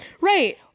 Right